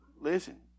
Listen